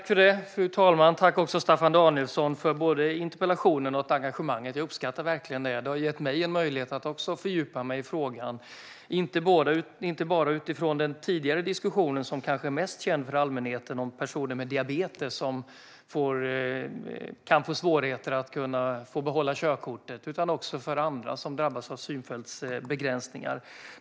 Fru talman! Tack, Staffan Danielsson, för både interpellationen och engagemanget! Jag uppskattar verkligen detta. Det har gett mig en möjlighet att fördjupa mig i frågan, inte bara utifrån den tidigare diskussionen, som kanske är mest känd för allmänheten och som handlar om personer med diabetes som kan få svårigheter att behålla körkortet. Det handlar också om andra som drabbas av synfältsbegränsningar.